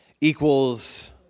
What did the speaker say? equals